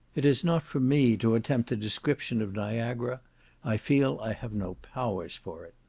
it is not for me to attempt a description of niagara i feel i have no powers for it.